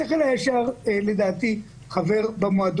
מציגים את בית